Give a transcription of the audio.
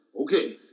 Okay